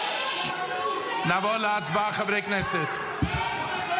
--- חברי כנסת,